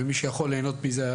מי שיכול ליהנות מזה,